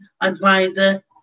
advisor